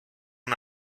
una